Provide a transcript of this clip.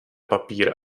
papír